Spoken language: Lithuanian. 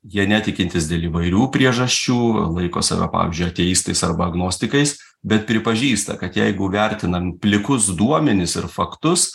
jie netikintys dėl įvairių priežasčių laiko save pavyzdžiui ateistais arba agnostikais bet pripažįsta kad jeigu vertinam plikus duomenis ir faktus